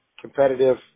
competitive